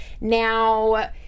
Now